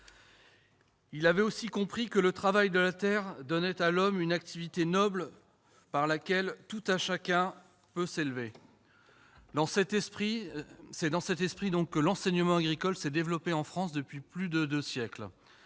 il avait compris que le travail de la terre donne à l'homme une activité noble, par laquelle tout un chacun peut s'élever. C'est dans cet esprit que l'enseignement agricole s'est développé en France pendant plus de deux siècles.